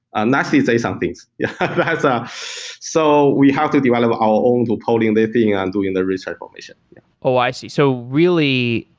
and actually say some things. yeah ah so we have to develop our own loop holding the thing and doing the recycle mission oh, i see. so really,